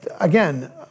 again